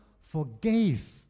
forgave